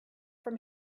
from